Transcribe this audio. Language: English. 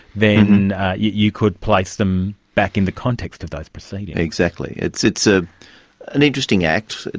then you could place them back in the context of those proceedings. exactly. it's it's ah an interesting act.